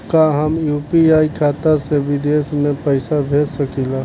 का हम यू.पी.आई खाता से विदेश म पईसा भेज सकिला?